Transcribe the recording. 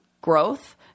growth